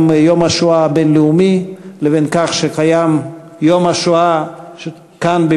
שקיים יום השואה הבין-הלאומי לבין זה שקיים יום השואה כאן,